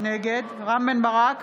נגד רם בן ברק,